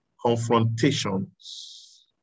confrontations